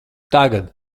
tagad